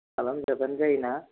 खालामजाबानो जायोना